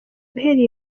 uhereye